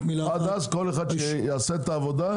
עד אז כל אחד יעשה את העבודה.